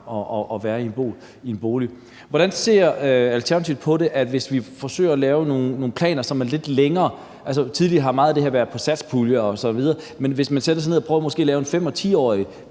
at være i en bolig. Hvordan ser Alternativet på, at vi forsøger at lave nogle planer, som går lidt længere? Altså, tidligere har meget af det her været på satspuljen osv., men hvad med, at vi sætter os ned og prøver at lave en 5- eller 10-årig